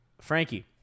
Frankie